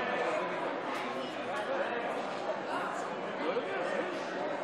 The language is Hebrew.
קובע שהרכב הוועדה המסדרת יהיה בהתאם להצעתו של חבר הכנסת מאיר כהן.